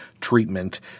treatment